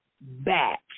back